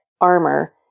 armor